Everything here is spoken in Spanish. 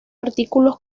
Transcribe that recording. artículos